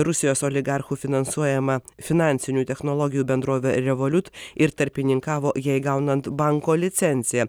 rusijos oligarchų finansuojama finansinių technologijų bendrovę revolut ir tarpininkavo jai gaunant banko licenciją